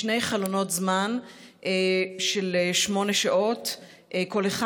בשני חלונות זמן של שמונה שעות כל אחד,